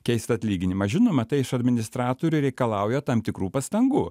keist atlyginimą žinoma tai iš administratorių reikalauja tam tikrų pastangų